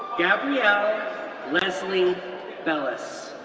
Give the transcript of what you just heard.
gabrielle leslie bellis,